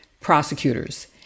prosecutors